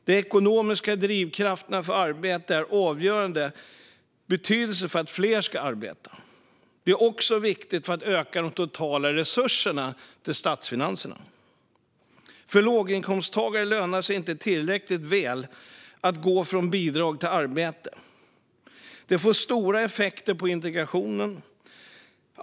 De ekonomiska drivkrafterna för arbete är av avgörande betydelse för att fler ska arbeta. Det är också viktigt för att öka de totala resurserna till statsfinanserna. För låginkomsttagare lönar det sig inte tillräckligt väl att gå från bidrag till arbete. Det får stora effekter på integrationen.